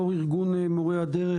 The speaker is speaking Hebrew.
יושב-ראש ארגון מורי הדרך,